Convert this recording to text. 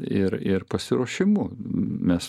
ir ir pasiruošimu mes